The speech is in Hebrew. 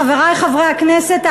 חברי חברי הכנסת,